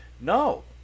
no